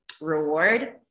reward